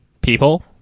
people